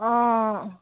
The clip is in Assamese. অঁ